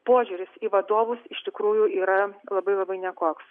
požiūris į vadovus iš tikrųjų yra labai labai nekoks